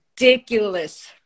ridiculous